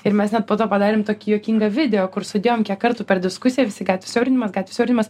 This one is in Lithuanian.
ir mes net po to padarėm tokį juokingą video kur sudėjome kiek kartų per diskusiją visi gatvių siaurinimas gatvių siaurinimas